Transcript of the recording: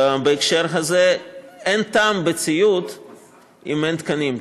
בהקשר הזה אין טעם בציוד אם אין תקנים,